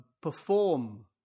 perform